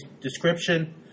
description